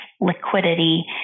liquidity